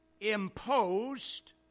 imposed